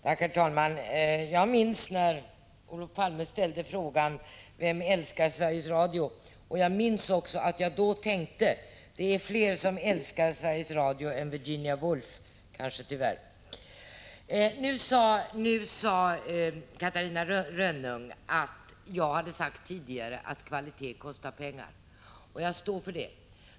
Herr talman! Jag minns när Olof Palme ställde frågan: Vem älskar Sveriges Radio? Jag minns också att jag då tänkte: Det är fler som älskar Sveriges Radio än Virginia Woolf, tyvärr. Catarina Rönnung påpekade att jag tidigare sagt att kvaliteten kostar pengar. Det står jag för.